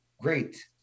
great